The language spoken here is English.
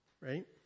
right